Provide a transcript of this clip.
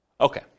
Okay